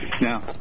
Now